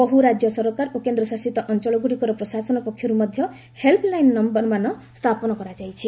ବହୁ ରାଜ୍ୟ ସରକାର ଓ କେନ୍ଦ୍ରଶାସିତ ଅଞ୍ଚଳଗୁଡ଼ିକର ପ୍ରଶାସନ ପକ୍ଷରୁ ମଧ୍ୟ ହେଲ୍ପ୍ଲାଇନ୍ ନମ୍ବରମାନ ସ୍ଥାପନ କରାଯାଇଛି